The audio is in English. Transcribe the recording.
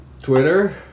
Twitter